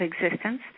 existence